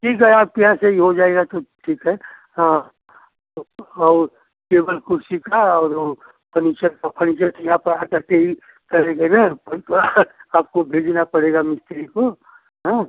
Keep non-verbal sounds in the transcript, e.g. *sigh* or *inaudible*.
ठीक है आपके यहाँ से ही हो जाएगा तो ठीक है हाँ तो और टेबल कुर्सी का और वह फर्नीचर का फर्नीचर के यहाँ पर आ करके ही करेंगे ना *unintelligible* थोड़ा आपको भेजना पड़ेगा मिस्त्री को हाँ